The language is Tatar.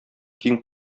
киң